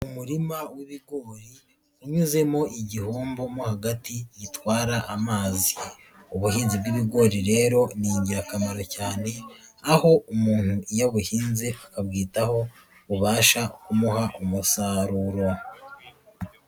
Umurima w'ibigori unyuzemo igihombo mo hagati gitwara amazi, ubuhinzi bw'ibigori rero ni ingirakamaro cyane aho umuntu iyobuhinze abwitaho bubasha kumuha umusaruro.